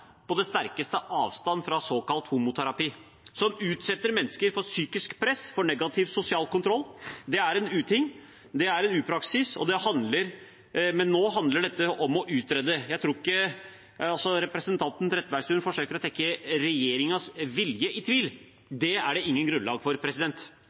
på det sterkeste avstand fra såkalt homoterapi, som utsetter mennesker for psykisk press og negativ sosial kontroll. Det er en uting, og det er en upraksis. Men nå handler dette om å utrede. Representanten Trettebergstuen forsøker å trekke regjeringens vilje i tvil.